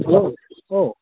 hello औ